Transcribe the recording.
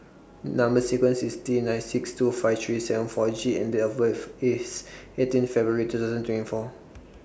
Number sequence IS T nine six two five three seven four G and Date of birth IS eighteen February two thousand twenty four